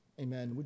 Amen